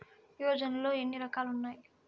యోజనలో ఏన్ని రకాలు ఉన్నాయి?